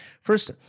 First